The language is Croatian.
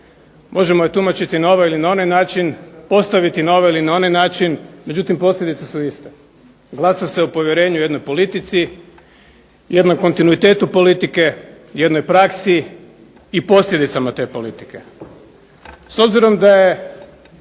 Možemo je tumačiti na ovaj ili na onaj način, ostaviti na ovaj ili na onaj način, međutim posljedice su iste. Glasa se o povjerenju jednoj politici, jednom kontinuitetu politike, jednoj praksi i posljedicama te politike.